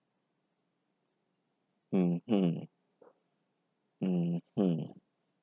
mm mm mm mm